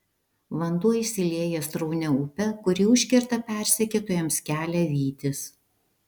vanduo išsilieja sraunia upe kuri užkerta persekiotojams kelią vytis